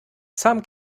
some